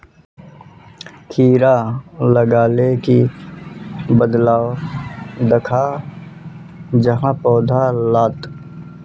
कीड़ा लगाले की बदलाव दखा जहा पौधा लात?